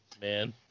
man